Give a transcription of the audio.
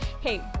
Hey